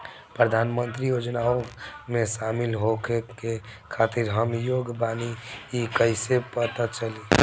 प्रधान मंत्री योजनओं में शामिल होखे के खातिर हम योग्य बानी ई कईसे पता चली?